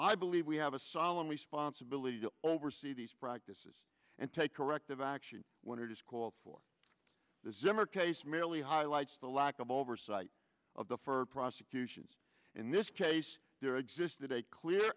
i believe we have a solemn responsibility to oversee these practices and take corrective action when it is called for the similar case merely highlights the lack of oversight of the for prosecutions in this case there existed a clear